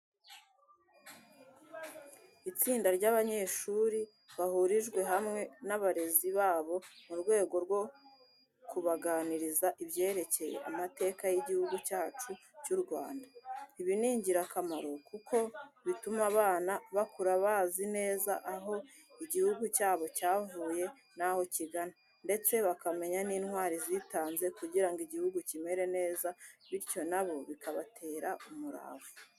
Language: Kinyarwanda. Itsinda ry'abanyeshuri bahurijwe hamwe n'abarezi babo mu rwego rwo kubaganiriza ibyerekeye amateka y'igihugu cyacu cy'u Rwanda. Ibi ni ingirakamaro kuko bituma abana bakura bazi neza aho igihugu cyabo cyavuye n'aho kigana, ndetse bakamenya n'intwari zitanze kugira ngo igihugu kimere neza bityo na bo bikabatera umurava.